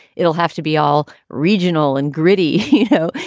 it will have to be all regional and gritty, you know,